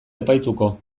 epaituko